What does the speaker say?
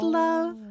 love